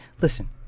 Listen